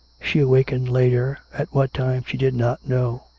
she awakened later at what time she did not know,